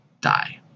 die